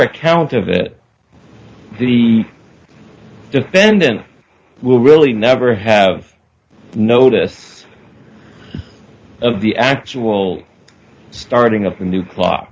account of it the defendant will really never have notice of the actual starting up a new clock